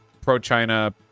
pro-China